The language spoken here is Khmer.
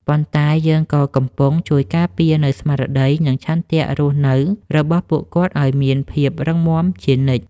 ប៉ុន្តែយើងក៏កំពុងជួយការពារនូវស្មារតី និងឆន្ទៈរស់នៅរបស់ពួកគាត់ឱ្យនៅមានភាពរឹងមាំជានិច្ច។